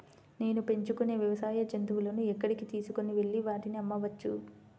నేను పెంచుకొనే వ్యవసాయ జంతువులను ఎక్కడికి తీసుకొనివెళ్ళి వాటిని అమ్మవచ్చు?